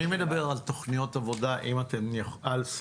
מי מדבר על תכניות לימוד, אם אתן יכולות.